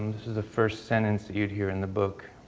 this is the first sentence that you'd hear in the book.